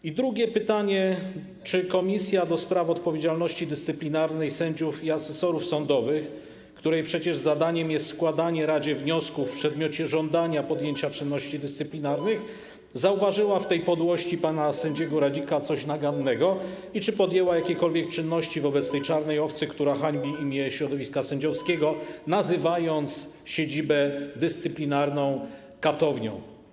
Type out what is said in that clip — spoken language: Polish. I drugie pytanie: Czy Komisja do spraw odpowiedzialności dyscyplinarnej sędziów i asesorów sądowych, której zadaniem jest przecież składanie wniosków do rady w przedmiocie żądania podjęcia czynności dyscyplinarnych, zauważyła w tej podłości pana sędziego Radzika coś nagannego i czy podjęła jakiekolwiek czynności wobec tej czarnej owcy, która hańbi imię środowiska sędziowskiego, nazywając siedzibę rzecznika dyscyplinarnego katownią?